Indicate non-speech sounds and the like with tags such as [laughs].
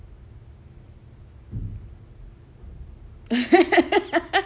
[laughs]